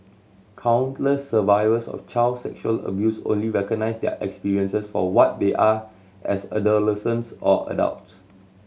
countless survivors of child sexual abuse only recognise their experiences for what they are as adolescents or adults